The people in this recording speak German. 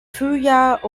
frühjahr